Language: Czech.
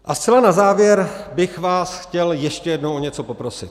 A zcela na závěr bych vás chtěl ještě jednou o něco poprosit.